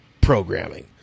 programming